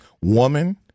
woman